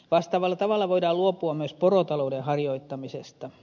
vastaavalla tavalla voidaan luopua myös porotalouden harjoittamisesta